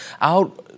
out